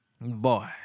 Boy